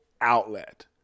outlet